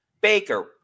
Baker